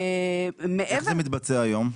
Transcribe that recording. איך זה מתבצע היום?